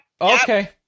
Okay